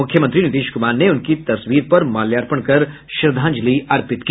मुख्यमंत्री नीतीश कुमार ने उनकी तस्वीर पर माल्यार्पण कर श्रद्वांजलि अर्पित की